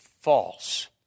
false